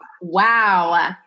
Wow